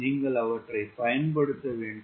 நீங்கள் அவற்றைப் பயன்படுத்த வேண்டும்